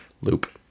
loop